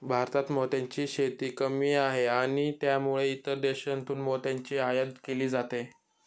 भारतात मोत्यांची शेती कमी आहे आणि त्यामुळे इतर देशांतून मोत्यांची आयात केली जाते